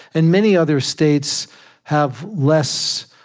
and many other states have less